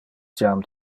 jam